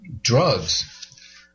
drugs